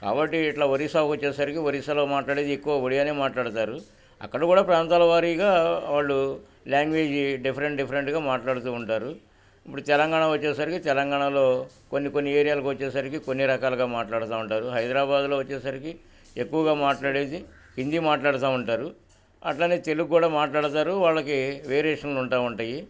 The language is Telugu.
కాబట్టి ఇట్లా ఒరిసా వచ్చేసరికి ఒరిస్సాలో మాట్లాడేది ఎక్కువ ఒడియానే మాట్లాడతారు అక్కడ కూడా ప్రాంతాల వారీగా వాళ్ళు లాంగ్వేజీ డిఫరెంట్ డిఫరెంట్గా మాట్లాడుతూ ఉంటారు ఇప్పుడు తెలంగాణ వచ్చేసరికి తెలంగాణలో కొన్ని కొన్ని ఏరియాలకు వచ్చేసరికి కొన్ని రకాలుగా మాట్లాడుతూ ఉంటారు హైదరాబాద్లో వచ్చేసరికి ఎక్కువగా మాట్లాడేది హిందీ మాట్లాడుతా ఉంటారు అట్లనే తెలుగు కూడా మాట్లాడతారు వాళ్ళకి వేరియేషన్లు ఉంటూ ఉంటాయి